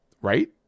Right